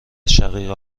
شقیقه